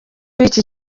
w’iki